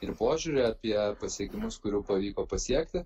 ir požiūrį apie pasiekimus kurių pavyko pasiekti